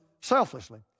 selflessly